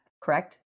correct